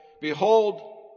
Behold